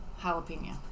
jalapeno